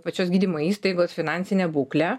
pačios gydymo įstaigos finansinę būklę